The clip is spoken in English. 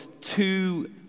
two